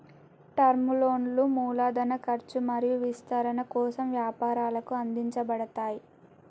term లోన్లు మూలధన ఖర్చు మరియు విస్తరణ కోసం వ్యాపారాలకు అందించబడతయ్